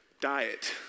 diet